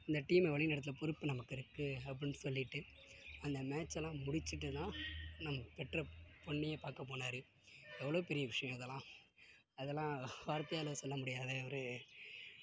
இந்த டீமை வழிநடத்துகிற பொறுப்பு நமக்கு இருக்கு அப்புடின்னு சொல்லிவிட்டு அந்த மேட்ச்லாம் முடிச்சிட்டு தான் நம்ம பெற்ற பொண்ணையே பார்க்க போனார் எவ்வளோ பெரிய விஷயம் இதெலாம் அதெலாம் வார்த்தையால் சொல்ல முடியாத ஒரு